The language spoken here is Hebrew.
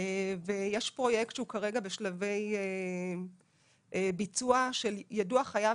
ויש פרויקט שהוא כרגע בשלבי ביצוע של יידוע חייב